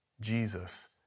Jesus